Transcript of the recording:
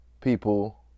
people